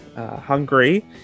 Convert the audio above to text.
Hungary